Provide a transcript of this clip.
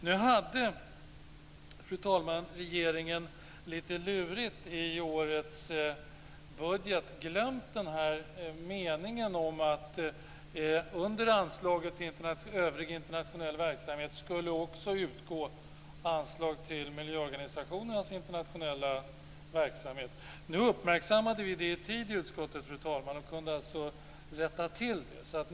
Nu hade, fru talman, regeringen litet lurigt i årets budget glömt meningen om att det under anslaget till övrig internationell verksamhet också skulle utgå anslag till miljöorganisationernas internationella verksamhet. Vi uppmärksammade det i tid i utskottet, fru talman, och kunde rätta till det.